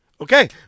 Okay